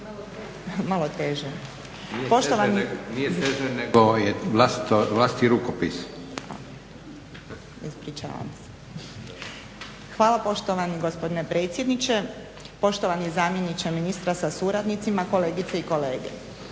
**Juričev-Martinčev, Branka (HDZ)** Ispričavam se. Hvala poštovani gospodine predsjedniče, poštovani zamjeniče ministra sa suradnicima, kolegice i kolege.